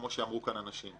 כמו שאמרו כאן אנשים.